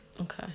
Okay